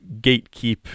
gatekeep